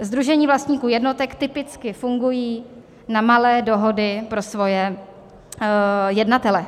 Sdružení vlastníků jednotek typicky fungují na malé dohody pro svoje jednatele.